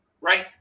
right